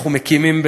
אנחנו מקימים,